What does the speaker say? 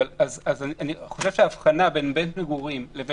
אני חושב שההבחנה בין בית מגורים לבין